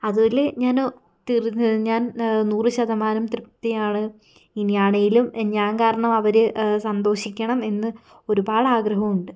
അതുപോലെ ഞാൻ തൃ ഞാൻ നൂറ് ശതമാനം തൃപ്തയാണ് ഇനി ആണെങ്കിലും ഞാൻ കാരണം അവർ സന്തോഷിക്കണം എന്ന് ഒരുപാട് ആഗ്രഹമുണ്ട്